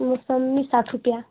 मौसम्बी साठ रुपये